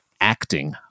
acting